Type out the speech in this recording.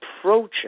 approaching